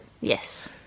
Yes